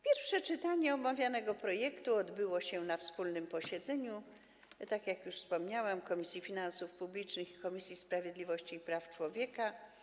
Pierwsze czytanie omawianego projektu odbyło się na wspólnym posiedzeniu, tak jak już wspomniałam, Komisji Finansów Publicznych i Komisji Sprawiedliwości i Praw Człowieka.